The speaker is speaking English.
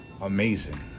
amazing